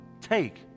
Take